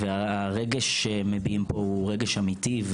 והרגש שמביעים פה הוא רגש אמיתי,